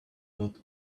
not